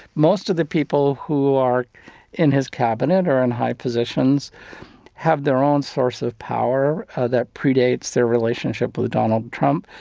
most of the people who are in his cabinet or in high positions have their own source of power that predates their relationship with donald trump.